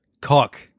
Cock